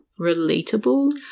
relatable